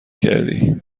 کردی